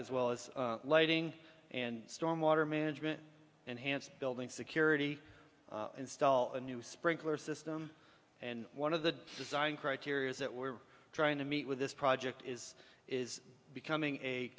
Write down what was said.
as well as lighting and storm water management and hance building security install a new sprinkler system and one of the design criteria is that we're trying to meet with this project is is becoming a